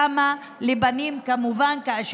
ובכך תחולל שינוי בכמה מובנים.